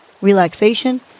relaxation